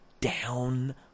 down